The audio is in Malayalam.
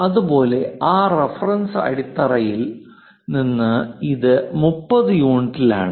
അതുപോലെ ആ റഫറൻസ് അടിത്തറയിൽ നിന്ന് ഇത് 30 യൂണിറ്റിലാണ്